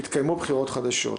יתקיימו בחירות חדשות.